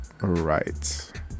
Right